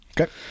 Okay